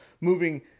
moving